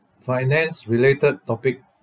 finance related topic